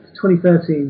2013